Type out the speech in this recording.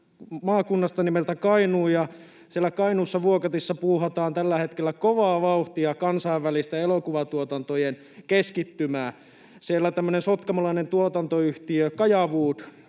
maakunnasta nimeltä Kainuu, ja siellä Kainuussa Vuokatissa puuhataan tällä hetkellä kovaa vauhtia kansainvälistä elokuvatuotantojen keskittymää. Siellä tämmöinen sotkamolainen tuotantoyhtiö Kajawood